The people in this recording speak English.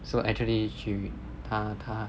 so actually he 他他